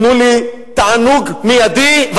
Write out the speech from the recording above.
תנו לי תענוג מיידי,